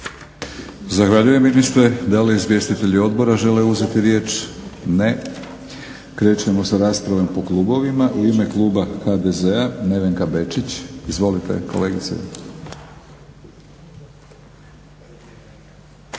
Zahvaljujem ministre. Da li izvjestitelji odbora žele uzeti riječ? Ne. Krećemo sa raspravom po klubovima. U ime kluba HDZ-a Nevenka Bečić. Izvolite kolegice.